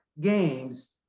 games